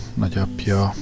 nagyapja